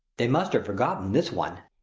they must have forgotten this one!